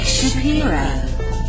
Shapiro